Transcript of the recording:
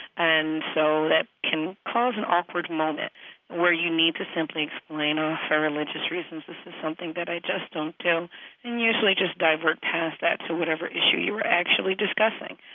and so that can cause an awkward moment where you need to simply explain, um for religious reasons, this is something that i just don't do and usually just divert past that to whatever issue you were actually discussing.